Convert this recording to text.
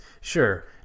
sure